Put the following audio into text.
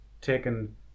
taken